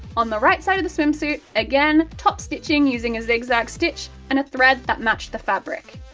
on the right-side of the swimsuit, again top-stitching using a zig zag stitch and a thread that matched the fabric.